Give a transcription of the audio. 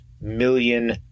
million